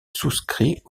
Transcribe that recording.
souscrit